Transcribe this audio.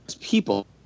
people